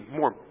more